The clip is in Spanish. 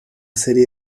serie